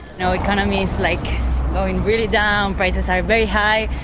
you know economy is like going really down, prices are very high.